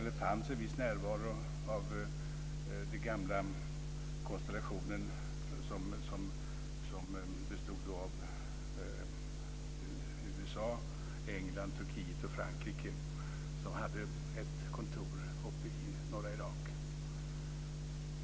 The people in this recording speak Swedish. Det fanns en viss närvaro av den gamla konstellationen, som då bestod av USA, England, Turkiet och Frankrike, som hade ett kontor i norra Irak.